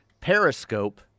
Periscope